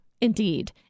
Indeed